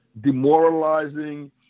demoralizing